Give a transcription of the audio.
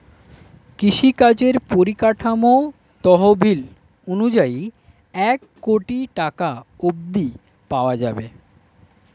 কৃষিকাজের পরিকাঠামো তহবিল অনুযায়ী এক কোটি টাকা অব্ধি পাওয়া যাবে